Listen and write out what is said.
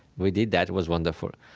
we did that. it was wonderful.